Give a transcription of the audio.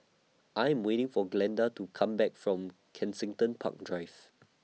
I Am waiting For Glenda to Come Back from Kensington Park Drive